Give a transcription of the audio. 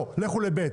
לא, לכו ל-ב'.